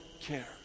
care